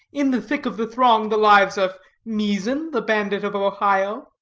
in the thick of the throng, the lives of measan, the bandit of ohio,